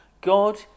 God